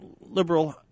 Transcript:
liberal